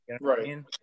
right